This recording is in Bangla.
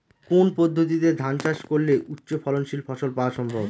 কোন পদ্ধতিতে ধান চাষ করলে উচ্চফলনশীল ফসল পাওয়া সম্ভব?